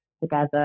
together